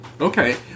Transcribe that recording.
Okay